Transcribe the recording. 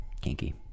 Kinky